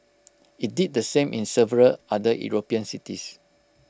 IT did the same in several other european cities